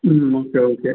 ம் ம் okay okay